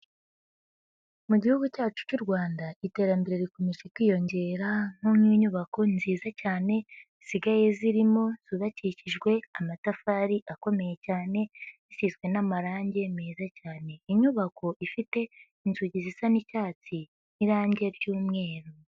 Mu Gihugu cyacu cy'u Rwanda iterambere rikomeje kwiyongera, nko mu inyubako nziza cyane zisigaye zirimo, zubagakikijwe amatafari akomeye cyane, zisiswe n'amarangi meza cyane, inyubako ifite inzugi zisa n'icyatsi n'irange ry'umweru.